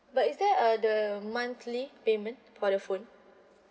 but is there a the monthly payment for the phone